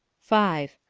five.